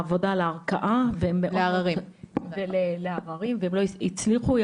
לעבודה לערכאה, ולעררים, והם לא הצליחו.